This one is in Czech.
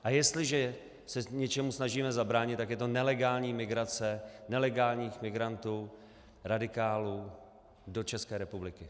A jestliže se něčemu snažíme zabránit, tak je to nelegální migrace nelegálních migrantů, radikálů, do České republiky.